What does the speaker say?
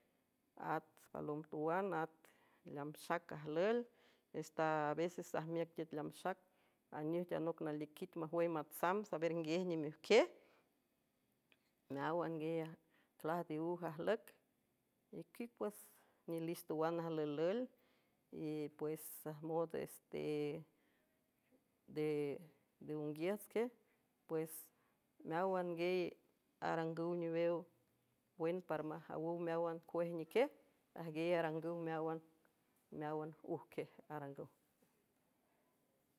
Palom tuan at leam shak ajleel esta a veces sajmieck team sac añej tiel nok nalie kit majuey matsam saber nguiej ñimikiej meawan guey aj clas de uj ajleck y kit pues ñi listo oan aliluw y pues ajmod este, de- de unguiets kej pues meawan guey arangu, ñiwew buen para majawuw meawan, kuej ñi kej ajgue arangu meawan, meawan uj kej aranguj.